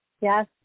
Yes